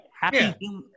Happy